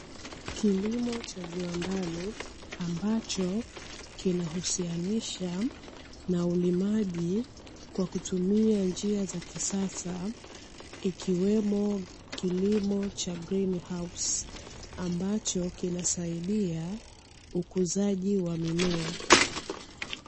Kilimo cha viwandani ambacho kinahusianisha na ulimaji kwa kutumia njia za kisasa, ikiwemo kilimo cha grini hausi ambacho kinasaidia ukuzaji wa mimea.